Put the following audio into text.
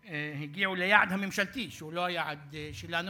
שהגיעו ליעד הממשלתי, שהוא לא היעד שלנו.